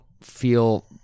feel